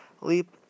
Leap